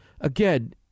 Again